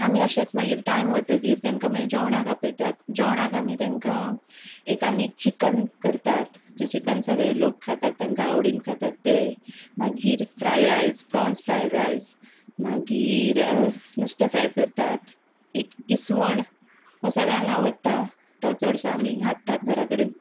आमी अशेंच मागीर टायम वतकच तांकां मागीर जेवणाक आपयतात जेवणाक आमी तांकां एक आमी चिकन करतात जे चिकन सगळे लोक खातात तांकां आवडीन खातात ते मागीर fried rice prawns fried rice मागीर नुस्तें फ्राय करतात एक इसवण हो सगळ्यांक आवडटा तो चडसो आमी हाडटात घरा कडेन